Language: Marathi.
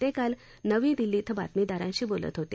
ते काल नवी दिल्ली इथं बातमीदारांशी बोलत होते